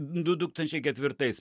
du tūkstančiai ketvirtais